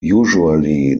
usually